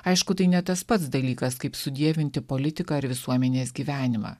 aišku tai ne tas pats dalykas kaip sudievinti politiką ir visuomenės gyvenimą